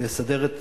לסדר את